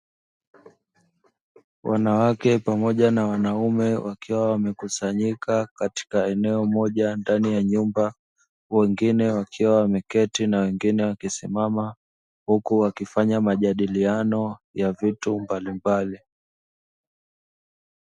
Wanawake pamoja na wanaume wakiwa wamekusanyika katika eneo moja ndani ya nyumba, wengine wakiwa wameketi na wengine wakisimama huku wakifanya majadiliano ya vitu mbalimbali.